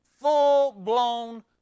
Full-blown